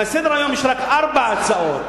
בסדר-היום יש רק ארבע הצעות.